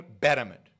betterment